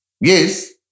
Yes